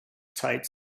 tight